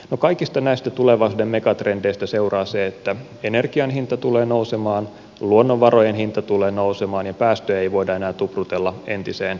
no kaikista näistä tulevaisuuden megatrendeistä seuraa se että energian hinta tulee nousemaan luonnonvarojen hinta tulee nousemaan ja päästöjä ei voida enää tuprutella entiseen tapaan